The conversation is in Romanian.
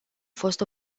fost